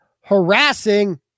harassing